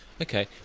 Okay